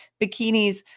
bikinis